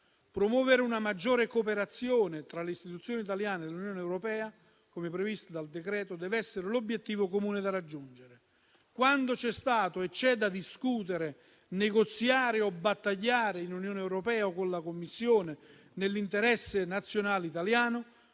Promuovere una maggiore cooperazione tra le istituzioni italiane e l'Unione europea, come previsto dal decreto, deve essere l'obiettivo comune da raggiungere. Quando c'è stato e c'è da discutere, negoziare o battagliare in Unione europea con la Commissione nell'interesse nazionale italiano